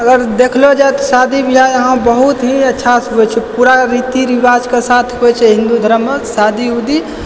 अगर देखलहुँ जाइ तऽ शादी ब्याह यहाँ बहुत ही अच्छासँ होइ छै पूरा रीति रिवाजके साथ होइ छै हिन्दू धर्ममे शादी उदी